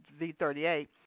Z38